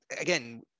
again